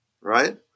right